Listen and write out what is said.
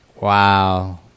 Wow